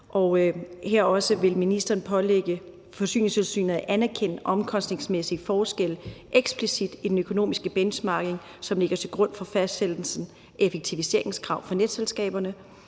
Og vil ministeren pålægge Forsyningstilsynet at anerkende omkostningsmæssige forskelle eksplicit i den økonomiske benchmarking, som ligger til grund for fastsættelsen af effektiviseringskrav for netselskaberne?